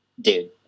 Dude